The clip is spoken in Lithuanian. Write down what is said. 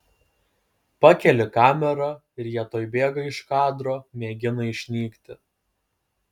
pakeli kamerą ir jie tuoj bėga iš kadro mėgina išnykti